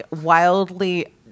wildly